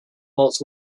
malt